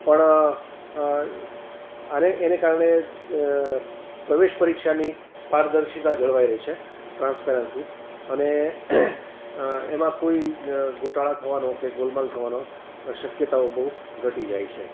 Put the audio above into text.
પણ અને એના કારણે પ્રવેશ પરીક્ષાની પારદર્શિતા જળવાઈ રહે છે ટ્રાન્સપરન્સી અને એમાં કોઈ ગોટાળા થવાનો કે ગોલમાલ થવાનો શક્યતાઓ બહુ ઘટી જાય છે